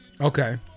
Okay